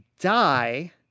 die